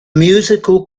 musical